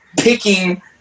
picking